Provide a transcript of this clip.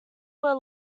were